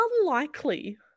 unlikely